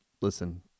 listen